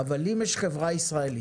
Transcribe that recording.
אבל אם יש חברה ישראלית